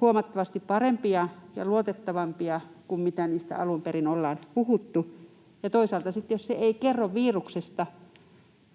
huomattavasti parempia ja luotettavampia kuin mitä niistä alun perin ollaan puhuttu, ja toisaalta sitten jos se testi ei kerro viruksesta,